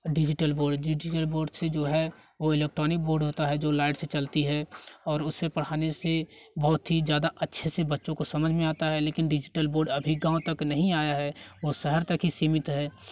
digital board digital board से जो है वो इलेक्ट्रॉनिक बोर्ड होता है जो लाइट से चलती है और उससे पढ़ाने से बहुत ही ज़्यादा अच्छे से बच्चों को समझ में आता है लेकिन डिजिटल बोर्ड अभी गाँव तक नहीं आया है वो शहर तक ही सीमित है